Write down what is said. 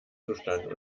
zustand